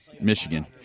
Michigan